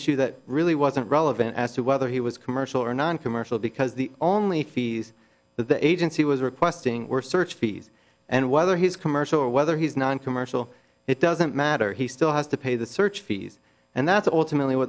issue that really wasn't relevant as to whether he was commercial or noncommercial because the only fees that the agency was requesting were search fees and whether he's commercial or whether he's noncommercial it doesn't matter he still has to pay the search fees and that's ultimately